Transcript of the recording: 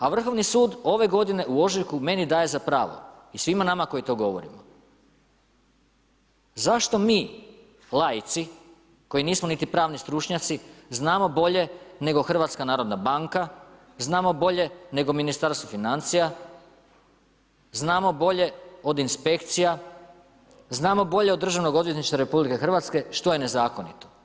A Vrhovni sud ove godine u ožujku meni daje za pravo i svima nama koji to govorimo zašto mi laici koji nismo niti pravni stručnjaci znamo bolje nego HNB, znamo bolje nego Ministarstvo financija, znamo bolje od inspekcija, znamo bolje od Državnog odvjetništva RH što je nezakonito.